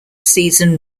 season